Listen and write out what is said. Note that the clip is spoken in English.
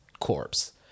corpse